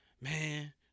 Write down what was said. man